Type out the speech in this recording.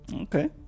okay